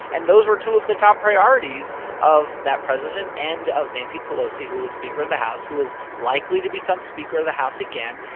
and those were two of the top priorities of that president and of nancy pelosi, who was speaker of the house, who is likely to become speaker of the house again.